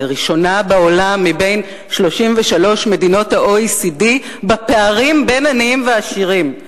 היא הראשונה מבין 33 מדינות ה-OECD בפערים בין עניים ועשירים.